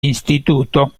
instituto